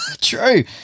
True